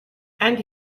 and